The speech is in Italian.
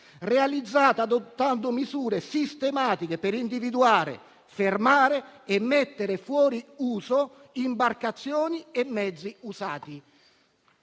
attraverso misure sistematiche per individuare, fermare e mettere fuori uso imbarcazioni e mezzi usati.